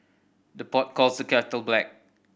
the pot calls the kettle black